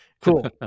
Cool